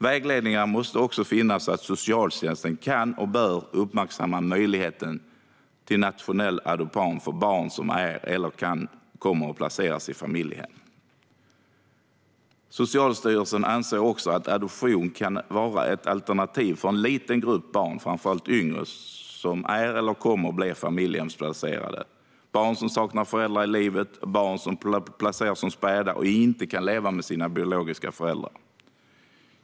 Vägledningar måste finnas så att socialtjänsten kan och bör uppmärksamma möjligheten till nationell adoption för barn som är eller kan komma att placeras i familjehem. Socialstyrelsen anser att adoption kan vara ett alternativ för en liten grupp barn, framför allt yngre, som är eller kommer att bli familjehemsplacerade - barn som saknar föräldrar i livet och barn som placeras som späda och inte kan leva med sina biologiska föräldrar.